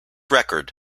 record